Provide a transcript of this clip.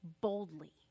boldly